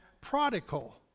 prodigal